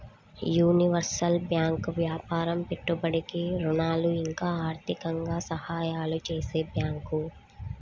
universal bank వ్యాపారం పెట్టుబడికి ఋణాలు ఇంకా ఆర్థికంగా సహాయాలు చేసే బ్యాంకు